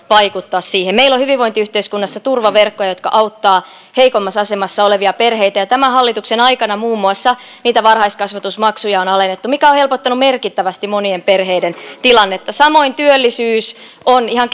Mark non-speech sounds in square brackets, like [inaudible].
vaikuttaa siihen meillä on hyvinvointiyhteiskunnassa turvaverkkoja jotka auttavat heikommassa asemassa olevia perheitä ja tämän hallituksen aikana muun muassa niitä varhaiskasvatusmaksuja on alennettu mikä on helpottanut merkittävästi monien perheiden tilannetta samoin työllisyys on ihan [unintelligible]